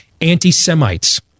anti-Semites